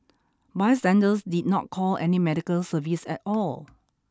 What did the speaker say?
bystanders did not call any medical service at all